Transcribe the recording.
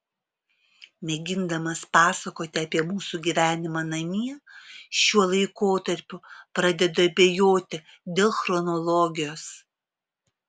mėgindamas pasakoti apie mūsų gyvenimą namie šiuo laikotarpiu pradedu abejoti dėl chronologijos